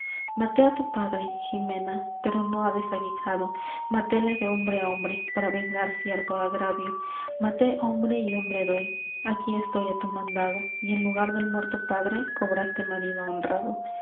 maté á tu padre jimena pero no á desaguisado matéle de hombre á hombre para vengar cierto agravio maté hombre y hombre doy aquí estoy á tu mandado y en lugar del muerto padre cobraste marido honrado